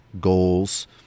goals